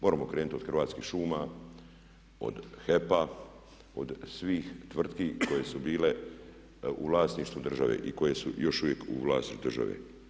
Moramo krenuti od Hrvatskih šuma, od HEP-a, od svih tvrtki koje su bile u vlasništvu države i koje su još uvijek u vlasništvu države.